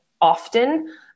often